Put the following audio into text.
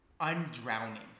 undrowning